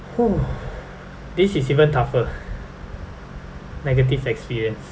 this is even tougher negative experience